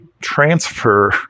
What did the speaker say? transfer